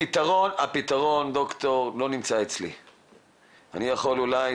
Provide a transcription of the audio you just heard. הפתרון, ד"ר, לא נמצא אצלי ואני יכול אולי